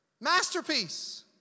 Masterpiece